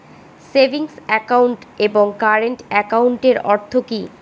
Savings account এবং current একাউন্টের অর্থ কি?